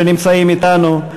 שנמצאים אתנו,